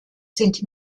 sind